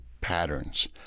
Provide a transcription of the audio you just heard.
patterns